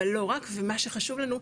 אבל לא רק ומה שחשוב לנו,